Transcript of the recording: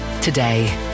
today